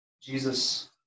Jesus